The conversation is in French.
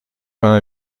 vingt